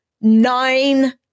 nine